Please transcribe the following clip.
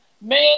man